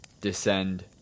descend